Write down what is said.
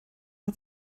hat